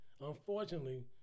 unfortunately